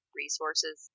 resources